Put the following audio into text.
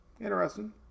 Interesting